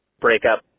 breakup